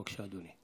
בבקשה, אדוני.